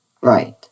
Right